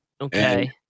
Okay